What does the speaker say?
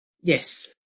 Yes